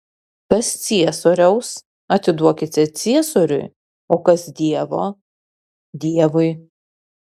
kas ciesoriaus atiduokite ciesoriui kas dievo dievui